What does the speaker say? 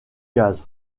gaz